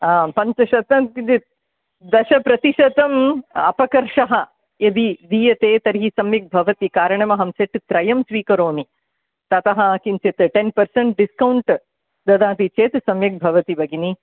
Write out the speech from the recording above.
आं पञ्चशतं द दशप्रतिशतम् अपकर्षः यदि दीयते तर्हि सम्यक् भवति कारणमहं सेट्त्रयं स्वीकरोमि ततः किञ्चित् टेन् पर्सेण्ट् डिस्कौण्ट् ददाति चेत् सम्यक् भवति भगिनि